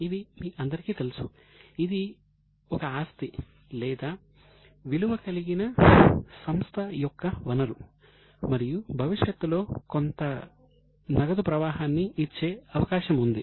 ఇది మీ అందరికీ తెలుసు ఇది ఒక ఆస్తి లేదా విలువ కలిగిన సంస్థ యొక్క వనరు మరియు భవిష్యత్తులో కొంత నగదు ప్రవాహాన్ని ఇచ్చే అవకాశం ఉంది